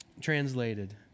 translated